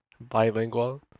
Bilingual